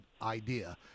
idea